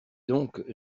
donc